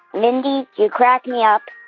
mindy, you crack me up.